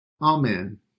Amen